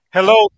Hello